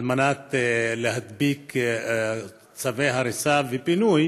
כדי להדביק צווי הריסה ופינוי